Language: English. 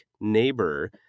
neighbor